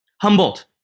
humboldt